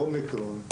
האומיקרון,